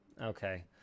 Okay